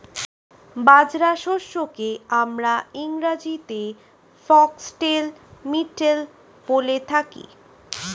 বাজরা শস্যকে আমরা ইংরেজিতে ফক্সটেল মিলেট বলে থাকি